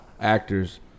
actors